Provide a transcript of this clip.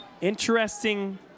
Interesting